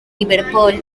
liverpool